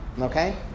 Okay